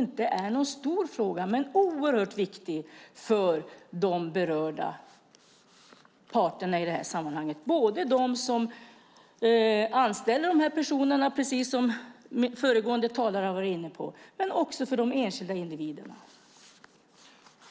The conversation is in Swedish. Det är ingen stor fråga men en oerhört viktig fråga för de berörda parterna, både för dem som anställer utövarna, precis som föregående talare var inne på, och för de enskilda individerna.